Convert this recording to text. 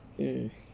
mm